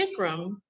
Bikram